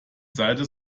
seite